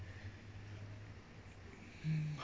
hmm